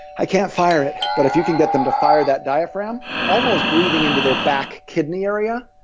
i can't fire it. but if you can get them to fire that diaphragm, almost breathing into their back kidney area,